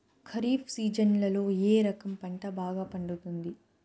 ఖరీఫ్ సీజన్లలో ఏ రకం పంట బాగా పండుతుంది